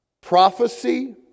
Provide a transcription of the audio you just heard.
prophecy